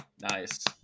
Nice